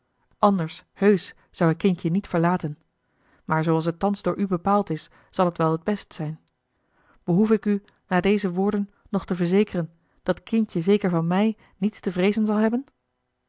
anders heusch zou ik kindje niet verlaten maar zooals het thans door u bepaald is zal het wel het best zijn behoef ik u na deze woorden nog te verzekeren dat kindje zeker van mij niets te vreezen zal hebben